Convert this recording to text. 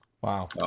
Wow